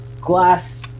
glass